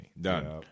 Done